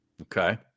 Okay